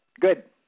Good